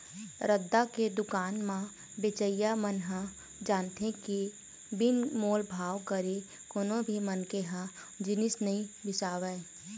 रद्दा के दुकान म बेचइया मन ह जानथे के बिन मोल भाव करे कोनो भी मनखे ह जिनिस नइ बिसावय